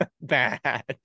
bad